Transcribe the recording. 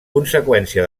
conseqüència